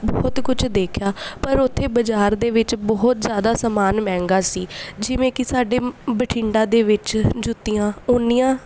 ਬਹੁਤ ਕੁਛ ਦੇਖਿਆ ਪਰ ਉੱਥੇ ਬਜ਼ਾਰ ਦੇ ਵਿੱਚ ਬਹੁਤ ਜ਼ਿਆਦਾ ਸਮਾਨ ਮਹਿੰਗਾ ਸੀ ਜਿਵੇਂ ਕਿ ਸਾਡੇ ਬਠਿੰਡਾ ਦੇ ਵਿੱਚ ਜੁੱਤੀਆਂ ਉੰਨੀਆਂ